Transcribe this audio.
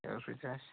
اگر سُہ تہِ آسہِ